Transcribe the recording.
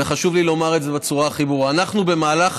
וחשוב לי לומר את זה בצורה הכי ברורה: אנחנו במהלך